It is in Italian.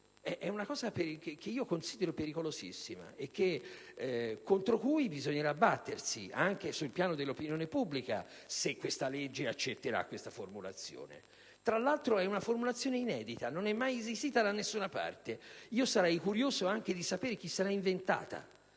un principio che considero pericolosissimo contro cui bisognerà battersi anche sul piano dell'opinione pubblica, se questa legge accetterà una simile formulazione. Tra l'altro è una formulazione inedita, non è mai esistita da nessuna parte. Sarei curioso di sapere chi l'ha inventata.